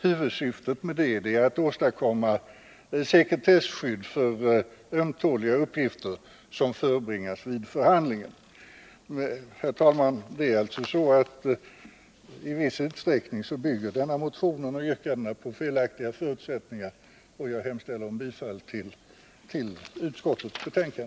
Huvudsyftet med sådan rättegång är att åstadkomma sekretesskydd för ömtåliga uppgifter som förebringas vid förhandlingen. Herr talman! I viss utsträckning bygger denna motion och yrkandet däri på felaktiga förutsättningar. Jag yrkar därför bifall till utskottets hemställan.